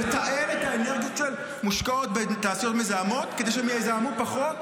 לתעל את האנרגיות שמושקעות בתעשיות מזהמות כדי שהן יזהמו פחות,